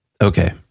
Okay